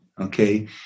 Okay